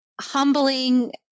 humbling